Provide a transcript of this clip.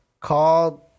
called